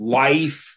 life